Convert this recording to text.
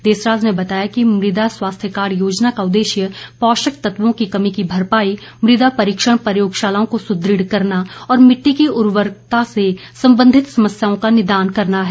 देसराज ने बताया कि मृदा स्वास्थ्य कार्ड योजना का उददेश्य पोषक तत्वों की कमी की भरपाई मृदा परीक्षण प्रयोगशालाओं को सुदृढ़ करना और मिट्टी की उर्वरकता से संबंधित समस्याओं का निदान करना है